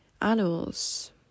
animals